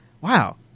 Wow